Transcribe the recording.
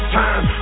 time